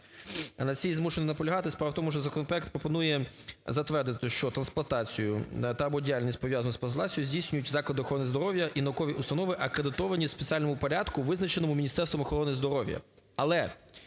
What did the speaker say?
на цій змушений наполягати. Справа в тому, що законопроект пропонує затвердити, "що трансплантацію та/ або діяльність, пов'язану з трансплантацією, здійснюють заклади охорони здоров'я і наукові установи, акредитовані в спеціальному порядку, визначеному Міністерством охорони здоров'я".